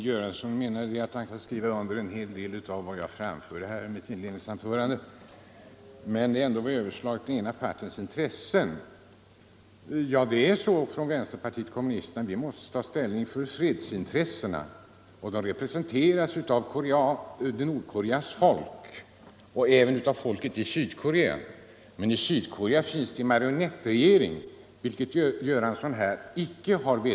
Fru talman! Herr Göransson sade att han kunde skriva under en hel del av det jag framförde i mitt inledningsanförande men att andra delar var överslag för den ena partens intressen. Ja, det är så med vänsterpartiet kommunisterna att vi måste ta ställning för fredsintressena, och de re presenteras i det här fallet av Nordkoreas folk och även av folket i Syd Nr 141 korea. Men i Sydkorea finns en marionettregering, vilket herr Göransson Onsdagen den icke vederlade.